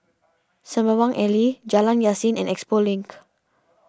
Sembawang Alley Jalan Yasin and Expo Link